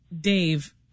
Dave